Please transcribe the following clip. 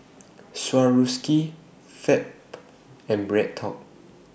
Swarovski Fab and BreadTalk